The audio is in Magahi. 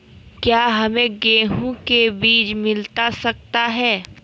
क्या हमे गेंहू के बीज मिलता सकता है?